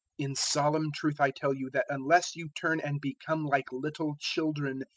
in solemn truth i tell you that unless you turn and become like little children,